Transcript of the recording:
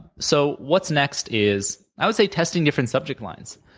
so what's next is i would say testing different subject lines.